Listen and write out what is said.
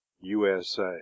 USA